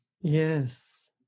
Yes